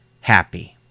happy